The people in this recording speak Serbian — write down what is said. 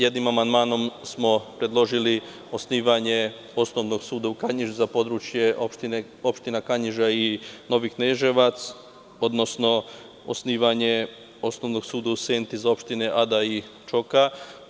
Jednim amandmanom smo predložili osnivanje osnovnog suda u Kanjiži za područje opštine Kanjiže i Novi Kneževac, odnosno osnivanje osnovnog suda u Senti za opštine Ada i Čoka.